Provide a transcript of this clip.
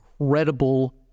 incredible